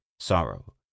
sorrow